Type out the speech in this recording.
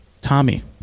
Tommy